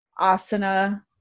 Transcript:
asana